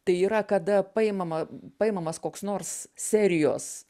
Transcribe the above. tai yra kada paimama paimamas koks nors serijos